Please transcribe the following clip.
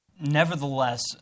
Nevertheless